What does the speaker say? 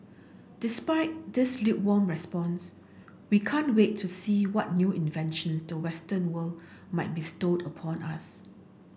despite this lukewarm response we can't wait to see what new invention the western world might bestow upon us